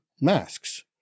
masks